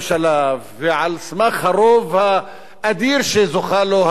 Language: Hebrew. ועל סמך הרוב האדיר שזוכה לו הקואליציה,